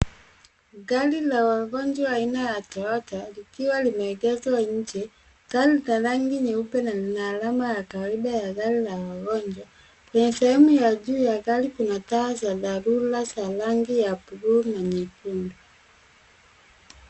Gari la wagonjwa aina ya toyota likiwa limeegeshwa nje. Gari lina rangi nyeupe na lina alama ya kawaida ya gari la wagonjwa. Kwenye sehemu ya juu ya gari kuna taa za dharura za rangi ya buluu na nyekundu.